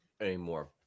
anymore